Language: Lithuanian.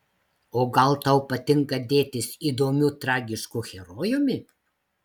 o gal tau patinka dėtis įdomiu tragišku herojumi